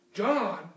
John